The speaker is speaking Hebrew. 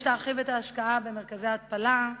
יש להרחיב את ההשקעה במרכזי ההתפלה,